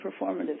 performative